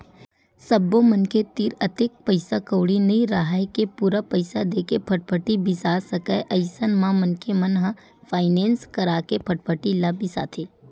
सब्बो मनखे तीर अतेक पइसा कउड़ी नइ राहय के पूरा पइसा देके फटफटी बिसा सकय अइसन म मनखे मन ह फायनेंस करा के फटफटी ल बिसाथे